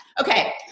Okay